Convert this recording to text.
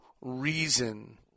reason